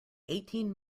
eighteen